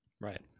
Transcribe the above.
Right